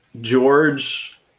George